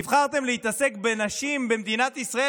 נבחרתם להתעסק בנשים במדינת ישראל,